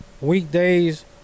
Weekdays